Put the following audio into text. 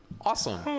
Awesome